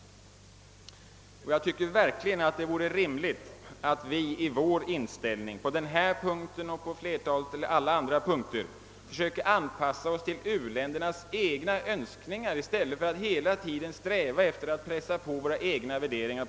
Jag tycker verkligen att det vore rimligt att vi på denna punkt liksom på andra punkter anpassar oss till u-ländernas egna Önskningar i stället för att hela tiden sträva efter att pressa på dem våra egna värderingar.